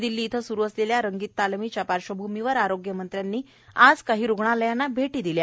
नवी दिल्ली इथं स्रू असलेल्या रंगीत तालमीच्या पार्श्वभूमीवर आरोग्यमंत्र्यांन्नी आज काही रुग्णालयांना भेटी दिल्या